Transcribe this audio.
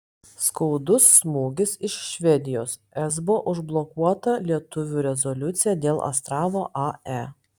skaudus smūgis iš švedijos esbo užblokuota lietuvių rezoliucija dėl astravo ae